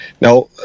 Now